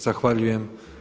Zahvaljujem.